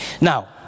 Now